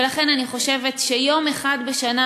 ולכן אני חושבת שיום אחד בשנה,